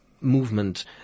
movement